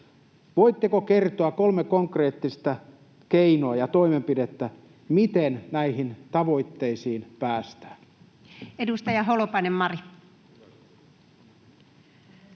voitteko kertoa kolme konkreettista keinoa ja toimenpidettä, miten näihin tavoitteisiin päästään? [Speech 34]